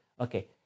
okay